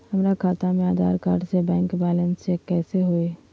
हमरा खाता में आधार कार्ड से बैंक बैलेंस चेक कैसे हुई?